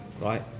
right